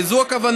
הרי זו הכוונה.